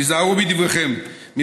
היזהרו בדבריכם”,